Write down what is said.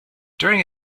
during